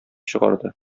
чыгарды